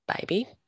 baby